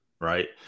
right